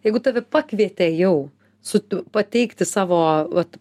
jeigu tave pakvietė jau sutu pateikti savo vat